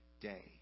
day